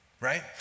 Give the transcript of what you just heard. right